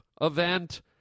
event